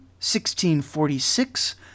1646